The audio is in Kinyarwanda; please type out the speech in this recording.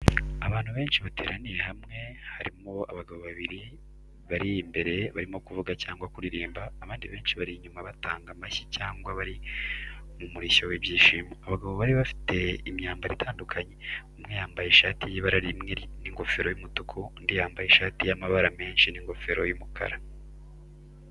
Abantu benshi bateraniye hamwe, harimo abagabo babiri bari imbere barimo kuvuga cyangwa kuririmba, abandi benshi bari inyuma batanga amashyi cyangwa bari mu murishyo w'ibyishimo. Abagabo babiri bafite imyambaro itandukanye, umwe yambaye ishati y'ibara rimwe n’ingofero y’umutuku, undi yambaye ishati y’amabara menshi n’ingofero y’umukara.